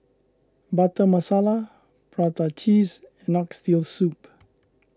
Butter Masala Prata Cheese and Oxtail Soup